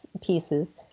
pieces